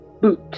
boot